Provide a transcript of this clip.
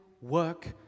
work